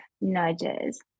nudges